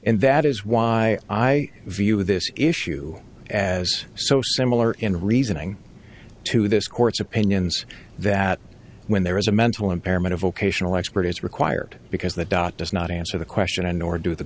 and that is why i view this issue as so similar in reasoning to this court's opinions that when there is a mental impairment a vocational expert is required because the dot does not answer the question or do the